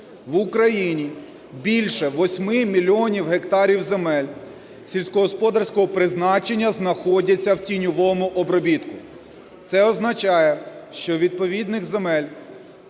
в Україні більше 8 мільйонів гектарів земель сільськогосподарського призначення знаходяться в тіньовому обробітку. Це означає, що у відповідних земель